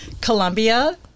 Colombia